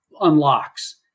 unlocks